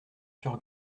sur